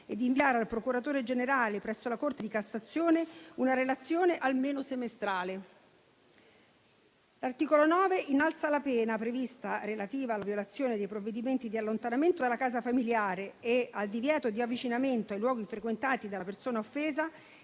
e di inviare al procuratore generale presso la Corte di cassazione una relazione almeno semestrale. L'articolo 9 innalza la pena prevista relativa alla violazione dei provvedimenti di allontanamento dalla casa familiare e al divieto di avvicinamento ai luoghi frequentati dalla persona offesa